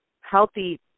healthy